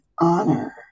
honor